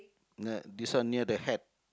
ne~ this one near the hat